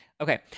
Okay